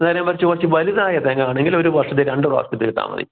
നേരെ മറിച്ച് വലുതായ തെങ്ങാണെങ്കിൽ ഒരു വർഷം രണ്ട് പ്രാവശ്യത്തേക്ക് ഇട്ടാൽ മതി